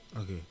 okay